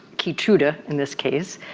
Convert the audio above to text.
keytruda, in this case